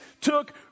took